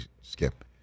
Skip